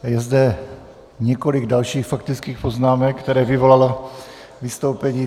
A je zde několik dalších faktických poznámek, které vyvolalo vystoupení.